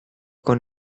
con